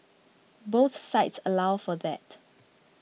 both sites allow for that